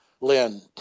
Lynn